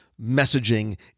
messaging